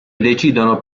decidono